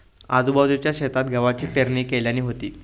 आजूबाजूच्या शेतात गव्हाची पेरणी केल्यानी होती